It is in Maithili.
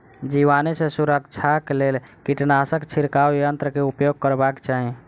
जीवाणु सॅ सुरक्षाक लेल कीटनाशक छिड़काव यन्त्र के उपयोग करबाक चाही